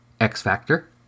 X-Factor